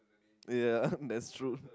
ya that's true